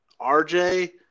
RJ